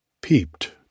peeped